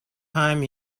time